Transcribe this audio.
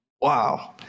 Wow